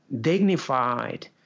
dignified